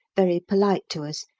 very polite to us,